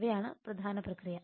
ഇവയാണ് പ്രധാന പ്രക്രിയ